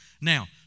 Now